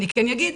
אני כן אגיד,